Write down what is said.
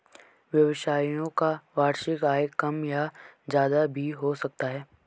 व्यवसायियों का वार्षिक आय कम या ज्यादा भी हो सकता है